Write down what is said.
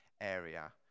area